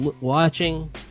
watching